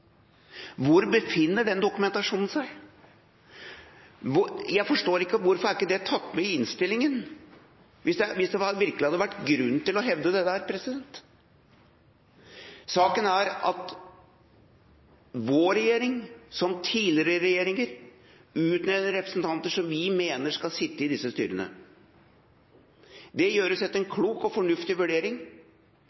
Hvor befinner den dokumentasjonen seg? Jeg forstår ikke hvorfor det ikke er tatt med i innstillingen, hvis det virkelig hadde vært grunn til å hevde det. Saken er den at vår regjering, som tidligere regjeringer, utnevner representanter som vi mener skal sitte i disse styrene. Det gjøres etter en